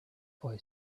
boy